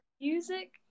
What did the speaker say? music